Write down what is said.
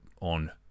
on